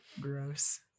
Gross